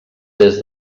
des